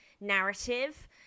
narrative